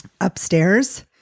upstairs